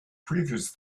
previous